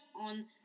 on